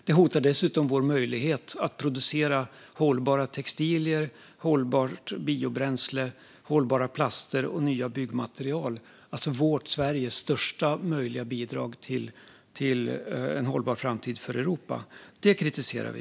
Det hotar dessutom vår möjlighet att producera hållbara textilier, hållbart biobränsle, hållbara plaster och nya byggmaterial - alltså vårt, Sveriges, största möjliga bidrag till en hållbar framtid för Europa. Det kritiserar vi.